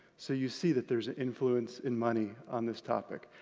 so you see that there's an influence in money on this topic,